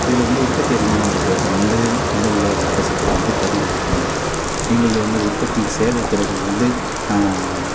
இதில் வந்து உற்பத்தி அதிகமாக இருக்கிறது வந்து முதலில் வசிக்கிறது வந்து கரும்பு மட்டும் தான் எங்களது வந்து உற்பத்தி சேவைத் துறைகள் வந்து